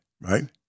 right